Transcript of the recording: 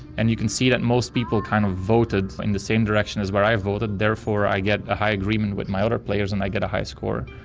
and you can see that most people kind of voted in the same direction as where i voted, therefore i get a high agreement with my other players and i get a high score.